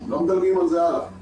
לא מדלגים על זה הלאה.